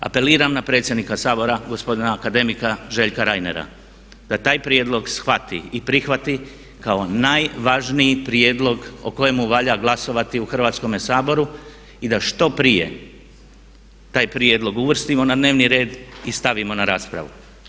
Apeliram na predsjednika Sabora, gospodina akademika Željka Reinera da taj prijedlog shvati i prihvati kao najvažniji prijedlog o kojemu valja glasovati u Hrvatskome saboru i da što prije taj prijedlog uvrstimo na dnevni red i stavimo na raspravu.